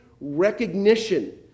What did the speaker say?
recognition